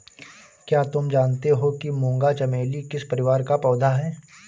क्या तुम जानते हो कि मूंगा चमेली किस परिवार का पौधा है?